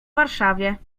warszawie